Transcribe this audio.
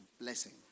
blessing